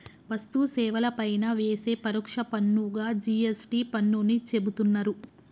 వస్తు సేవల పైన వేసే పరోక్ష పన్నుగా జి.ఎస్.టి పన్నుని చెబుతున్నరు